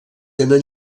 tenen